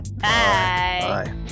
bye